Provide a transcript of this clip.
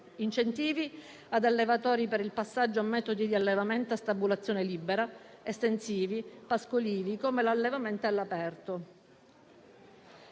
incentivi ad allevatori per il passaggio a metodi di allevamento a stabulazione libera, estensivi, pascolivi, come l'allevamento all'aperto.